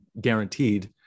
guaranteed